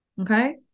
Okay